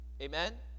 Amen